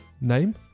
Name